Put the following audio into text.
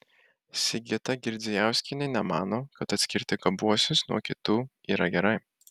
sigita girdzijauskienė nemano kad atskirti gabiuosius nuo kitų yra gerai